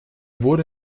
wurde